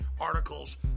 articles